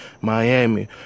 Miami